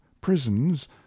prisons